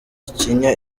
ikinya